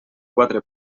quatre